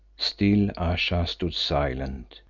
still ayesha stood silent,